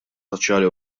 soċjali